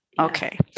Okay